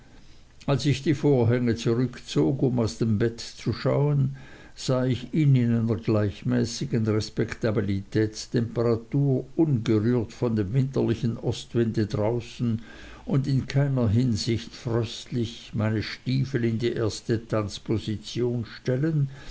als ich die vorhänge zurückzog um aus dem bett zu schauen sah ich ihn in einer gleichmäßigen respektabilitätstemperatur ungerührt von dem winterlichen ostwinde draußen und in keiner hinsicht fröstlig meine stiefel in die erste tanzposition stellen